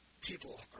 people